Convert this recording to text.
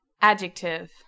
Adjective